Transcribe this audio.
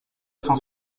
cent